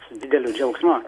su dideliu džiaugsmu